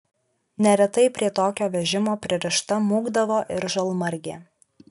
neretai prie tokio vežimo pririšta mūkdavo ir žalmargė